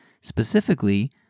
specifically